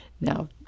Now